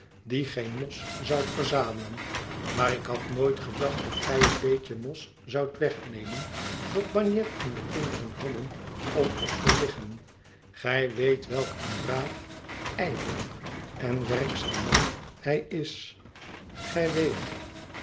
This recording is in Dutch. die geen mos zoudt verzamelen maar ik had nooit gedacht dat gij het beetje mos zoudt wegnemen dat bagnet en de kinderen hadden om op te liggen gij weet welk een braaf ijverig en werkzaam man hij is gij weet